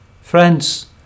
Friends